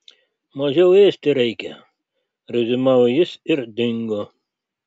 mažiau ėsti reikia reziumavo jis ir dingo